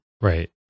right